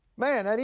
man, i mean